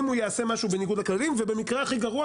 הוא יעשה משהו בניגוד לכללים ובמקרה הכי גרוע,